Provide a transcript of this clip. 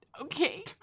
Okay